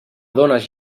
dones